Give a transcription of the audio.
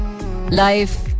life